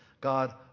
God